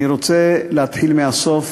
אני רוצה להתחיל מהסוף,